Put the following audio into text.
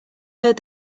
heard